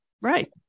Right